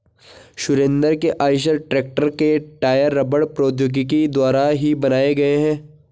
सुरेंद्र के Eicher tractor के tyre रबड़ प्रौद्योगिकी द्वारा ही बनाए गए हैं